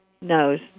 knows